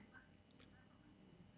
the sign the sign